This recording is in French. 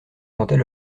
comptais